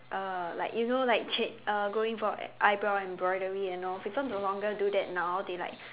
uh like you know like ch~ uh going for eyebrow embroidery and all people no longer do that now they like